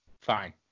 fine